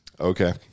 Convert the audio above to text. Okay